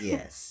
Yes